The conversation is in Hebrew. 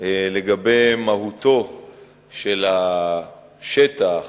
לגבי מהותו של השטח